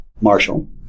Marshall